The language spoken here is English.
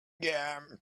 gum